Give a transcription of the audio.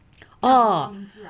oh